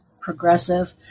progressive